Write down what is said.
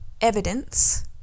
evidence